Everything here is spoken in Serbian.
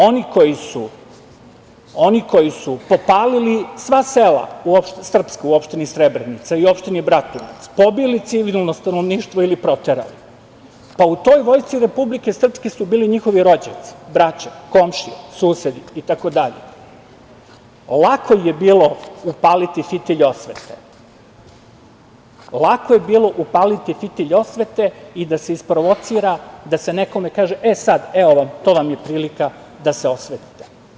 Oni koji su popalili sva srpska sela u opštini Srebrenica i opštini Bratunac, pobili civilno stanovništvo ili proterali, pa u toj vojsci Republike Srpske su bili njihovi rođaci, braća, komšije, susedi itd. lako je bilo upaliti fitilj osvete i da se isprovocira da se nekome kaže – e sada, e ovo vam je prilika da se osvetite.